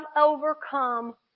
overcome